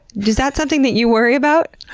is that something that you worry about?